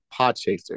Podchaser